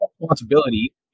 responsibility